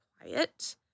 quiet